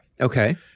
Okay